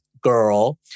girl